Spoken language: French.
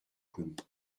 comique